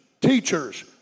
teachers